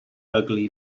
ugly